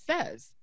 says